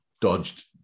dodged